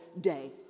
day